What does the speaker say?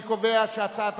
התשע"ב 2011,